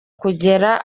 kugera